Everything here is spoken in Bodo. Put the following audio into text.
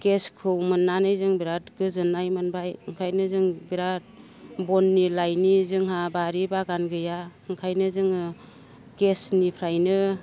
गेसखौ मोननानै जों बिराद गोजोननाय मोनबाय ओंखायनो जों बिराद बननि लायनि जोंहा बारि बागान गैया ओंखायनो जोङो गेसनिफ्रायनो